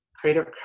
Creative